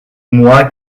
moi